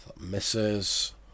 ...misses